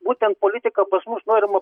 būtent politika pas mus norima